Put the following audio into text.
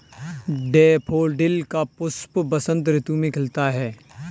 daffodil का पुष्प बसंत ऋतु में खिलता है